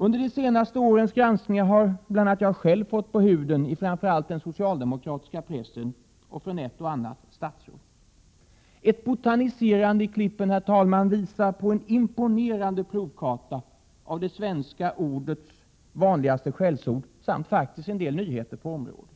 Under se senaste årens granskningar har bl.a. jag själv fått på huden i framför allt den socialdemokratiska pressen och från ett och annat statsråd. Ett botaniserande i klippen, herr talman, visar på en imponerande provkarta över det svenska språkets vanligaste skällsord samt en del nyheter på området.